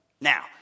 Now